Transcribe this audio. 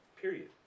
Period